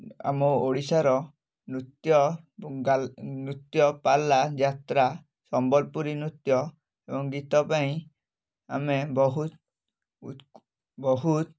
ଆମ ଓଡ଼ିଶାର ନୃତ୍ୟ ନୃତ୍ୟ ପାଲା ଯାତ୍ରା ସମ୍ବଲପୁରୀ ନୃତ୍ୟ ଏବଂ ଗୀତ ପାଇଁ ଆମେ ବହୁତ ଉତ୍ ବହୁତ